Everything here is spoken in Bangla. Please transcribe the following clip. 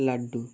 লাড্ডু